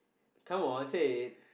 come on say it